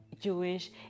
Jewish